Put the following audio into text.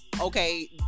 okay